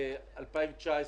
תשובה בקשר לתוכנית לשנים